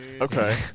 Okay